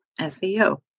SEO